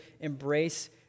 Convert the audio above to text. embrace